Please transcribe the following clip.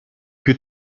più